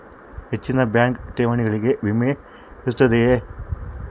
ಹೆಚ್ಚಿನ ಬ್ಯಾಂಕ್ ಠೇವಣಿಗಳಿಗೆ ವಿಮೆ ಇರುತ್ತದೆಯೆ?